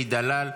אלי דלל,